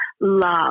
love